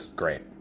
great